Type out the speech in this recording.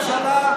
הממשלה,